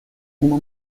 uma